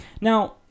Now